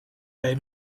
wij